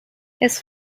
his